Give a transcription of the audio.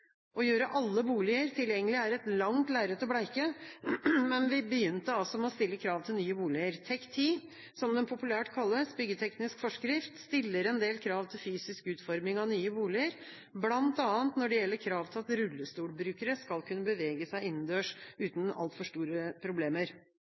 Å gjøre alle boliger tilgjengelige er et langt lerret å bleike, men vi begynte altså med å stille krav til nye boliger. TEK 10, som den populært kalles, byggeteknisk forskrift, stiller en del krav til fysisk utforming av nye boliger, bl.a. når det gjelder krav til at rullestolbrukere skal kunne bevege seg innendørs uten